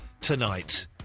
tonight